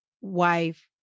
Wife